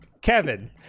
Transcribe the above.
Kevin